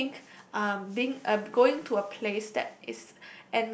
I think um being uh going to a place that is